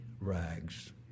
rags